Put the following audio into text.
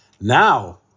Now